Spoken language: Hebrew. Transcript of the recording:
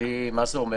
מה זה אומר?